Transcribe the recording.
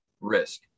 risk